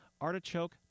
Artichoke